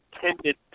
tended